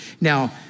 Now